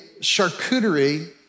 charcuterie